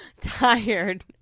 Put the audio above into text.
tired